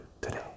today